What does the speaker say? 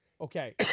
Okay